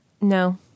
No